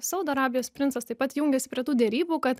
saudo arabijos princas taip pat jungiasi prie tų derybų kad